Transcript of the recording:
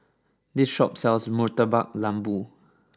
this shop sells Murtabak Lembu